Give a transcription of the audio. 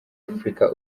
afurika